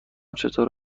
چطور